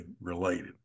related